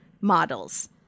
models